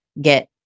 get